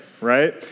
right